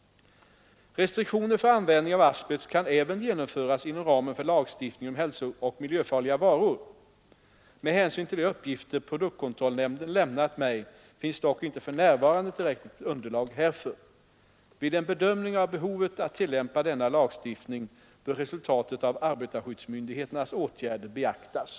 Restriktioner för användningen av asbest kan även genomföras inom ramen för lagstiftningen om hälsooch miljöfarliga varor. Med hänsyn till de uppgifter produktkontrollnämnden lämnat mig finns dock inte för närvarande tillräckligt underlag härför. Vid en bedömning av behovet att tillämpa denna lagstiftning bör resultaten av arbetarskyddsmyndigheternas åtgärder beaktas.